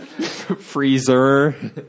Freezer